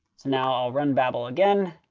so now i'll run babel again.